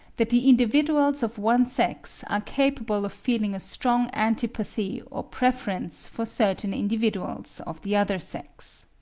that the individuals of one sex are capable of feeling a strong antipathy or preference for certain individuals of the other sex.